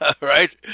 right